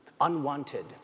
unwanted